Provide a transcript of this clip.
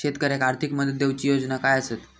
शेतकऱ्याक आर्थिक मदत देऊची योजना काय आसत?